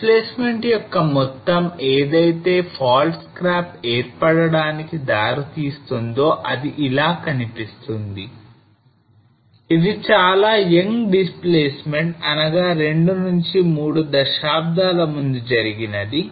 Displacement యొక్క మొత్తం ఏదైతే fault scarp ఏర్పడడానికి దారితీస్తుందో అది ఇలా కనిపిస్తుంది ఇది చాలా young displacement అనగా 2 నుంచి 3 దశాబ్దాల ముందు జరిగినది